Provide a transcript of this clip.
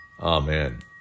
Amen